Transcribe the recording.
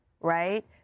right